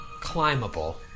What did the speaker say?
climbable